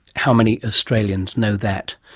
how many australians know that?